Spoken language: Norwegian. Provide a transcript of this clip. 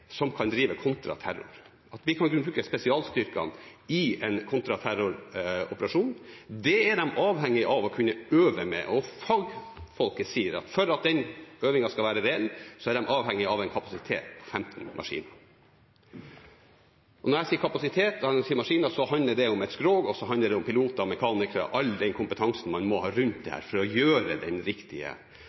som kan drive kontraterror – at vi kan bruke spesialstyrkene i en kontraterroroperasjon. Det er de avhengige av å kunne øve med, og fagfolkene sier at for at øvingen skal være reell, er de avhengige av en kapasitet på 15 maskiner. Når jeg sier kapasitet, og når jeg sier maskiner, så handler det om et skrog, og det handler om piloter og mekanikere og all den kompetansen man må ha rundt dette for å gjøre det riktige.